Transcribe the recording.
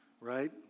right